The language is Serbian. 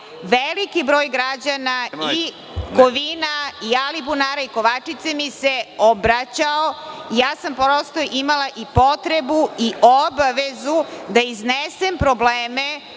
Veliki broj građana i Kovina, i Alibunara, i Kovačice mi se obraćao. Prosto sam imala potrebu i obavezu da iznesem probleme